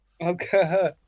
Okay